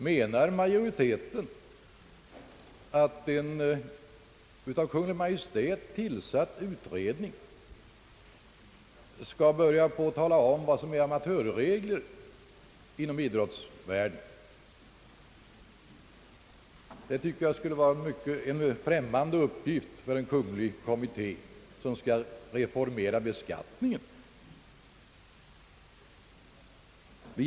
Menar utskottsmajoriteten, att en av Kungl. Maj:t tillsatt utredning skall börja på att tala om vad som är amatörregler inom idrottsvärlden? Det tycker jag skulle vara en mycket främmande uppgift för en kunglig kommitté, som skall reformera beskattningen.